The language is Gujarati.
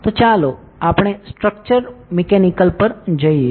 તો ચાલો આપણે સ્ટ્રક્ચરલ મિકેનિક્સ પર જઈએ